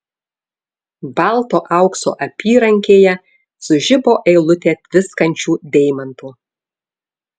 balto aukso apyrankėje sužibo eilutė tviskančių deimantų